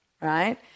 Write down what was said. right